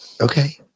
Okay